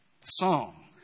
song